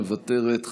מוותרת,